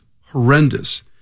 horrendous